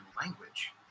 language